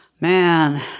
Man